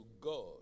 God